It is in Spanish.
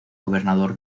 gobernador